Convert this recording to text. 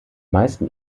meisten